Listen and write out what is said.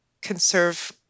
conserve